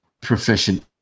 proficient